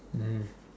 mmhmm